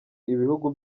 ibihugu